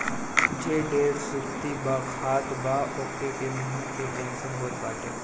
जे ढेर सुरती खात बा ओके के मुंहे के कैंसर होत बाटे